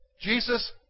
Jesus